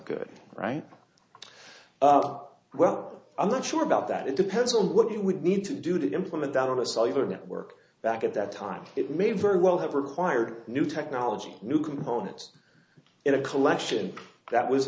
good right well i'm not sure about that it depends on what you would need to do to implement that on a cellular network that at that time it may very well have required new technology new components in a collection that was